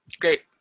great